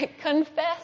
confess